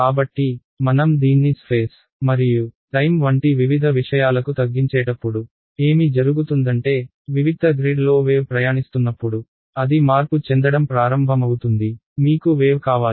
కాబట్టి మనం దీన్ని స్ఫేస్ మరియు టైమ్ వంటి వివిధ విషయాలకు తగ్గించేటప్పుడు ఏమి జరుగుతుందంటే వివిక్త గ్రిడ్ లో వేవ్ ప్రయాణిస్తున్నప్పుడు అది మార్పు చెందడం ప్రారంభమవుతుంది మీకు వేవ్ కావాలి